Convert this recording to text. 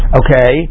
okay